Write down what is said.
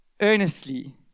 earnestly